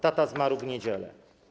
Tata zmarł w niedzielę.